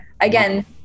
Again